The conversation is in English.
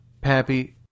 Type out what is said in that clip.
Pappy